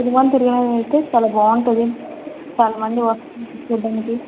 తిరుమల తిరగడం అయితే చాలా బాగుంటుంది చాలమంది వస్తారు చూడ్డానికి